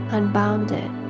unbounded